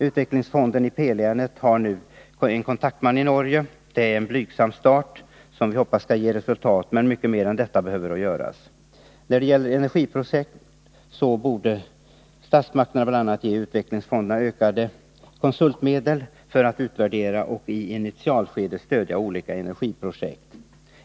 Utvecklingsfonden i P-län har nu en kontaktman i Norge. Det är en blygsam start, som vi hoppas skall ge resultat, men mycket mer än detta behöver göras. När det gäller energiprojekt borde statsmakterna bl.a. ge utvecklingsfonderna ökade konsultmedel för att utvärdera och i initialskedet stödja olika energiprojekt.